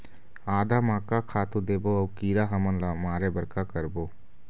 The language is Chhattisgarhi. आदा म का खातू देबो अऊ कीरा हमन ला मारे बर का करबो?